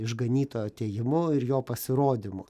išganytojo atėjimu ir jo pasirodymu